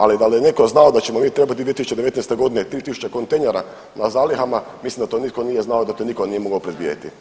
Ali da li je netko znao da ćemo mi trebati 2019. godine 3000 kontejnera na zalihama mislim da to nitko nije znao, da to nitko nije mogao predvidjeti.